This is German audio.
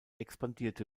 expandierte